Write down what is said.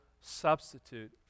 substitute